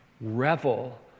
Revel